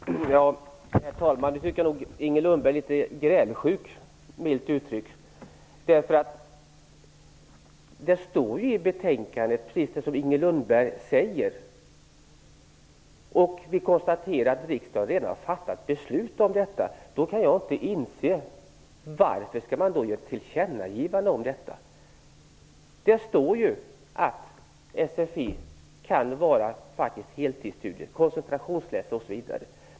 Herr talman! Nu tycker jag nog att Inger Lundberg är litet grälsjuk, milt uttryckt. Precis det Inger Lundberg säger står ju i betänkandet. Vi konstaterar att riksdagen redan har fattat beslut om detta. Då kan jag inte inse varför man skall göra ett tillkännagivande. Det står ju att SFI kan vara heltidsstudier, koncentrationsläsning osv.